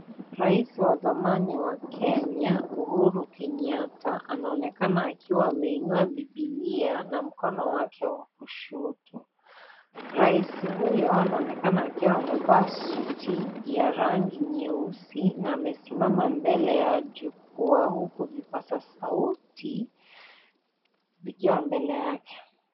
Raisi wa zamani wa Kenya, Uhuru Kenyatta anaonekana akiwa ameinua Bibilia na mkono wake wa kushoto. Raisi huyo, anaonekana akiwa amevaa suti ya rangi nyeusi na amesimama mbele ya jukwaa, huku vipaza sauti, vikiwa mbele yake.